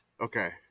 Okay